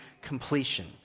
completion